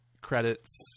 credits